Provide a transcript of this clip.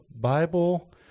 Bible